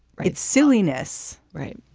right. silliness. right.